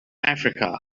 africa